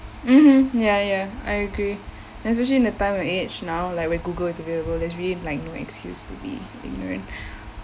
mmhmm ya ya I agree especially in a time or age now like where google is available that's really like no excuse to be ignorant